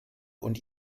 und